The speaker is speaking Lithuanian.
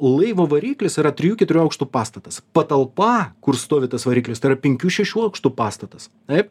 laivo variklis yra trijų keturių aukštų pastatas patalpa kur stovi tas variklis tai yra penkių šešių aukštų pastatas taip